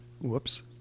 Whoops